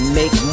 make